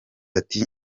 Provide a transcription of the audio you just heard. ati